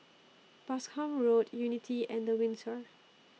Boscombe Road Unity and The Windsor